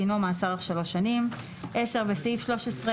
דינו מאסר שלוש שנים."; (10) בסעיף 13,